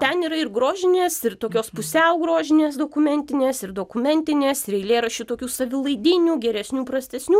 ten yra ir grožinės ir tokios pusiau grožinės dokumentinės ir dokumentinės ir eilėraščių tokių savilaidinių geresnių prastesnių